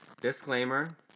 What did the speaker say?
Disclaimer